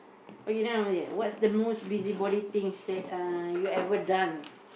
okay what is the most busybody things that uh you ever done